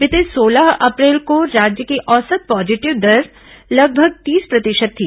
बीते सोलह अप्रैल को राज्य की औसत पॉजिटिविटी दर लगभग तीस प्रतिशत थी